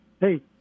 hey